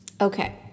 okay